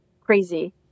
crazy